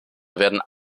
werden